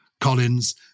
Collins